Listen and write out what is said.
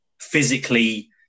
physically